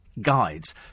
guides